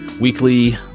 weekly